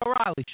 O'Reilly